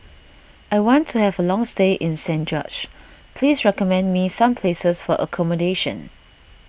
I want to have a long stay in Saint George's please recommend me some places for accommodation